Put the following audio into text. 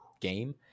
game